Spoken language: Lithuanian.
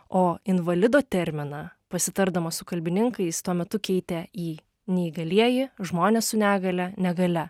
o invalido terminą pasitardamas su kalbininkais tuo metu keitė į neįgalieji žmonės su negalia negalia